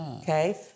Okay